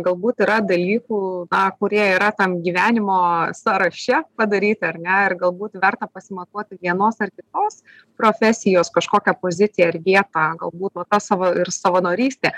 galbūt yra dalykų kurie yra tam gyvenimo sąraše padaryti ar ne ir galbūt verta pasimatuoti vienos ar kitos profesijos kažkokią poziciją ir vietą galbūt va ta sava ir savanorystė